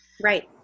right